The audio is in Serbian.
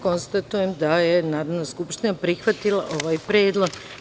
Konstatujem da je Narodna skupština prihvatila ovaj predlog.